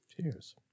Cheers